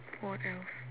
what else